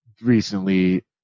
recently